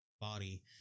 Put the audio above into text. body